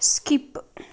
skip